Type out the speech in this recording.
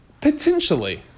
Potentially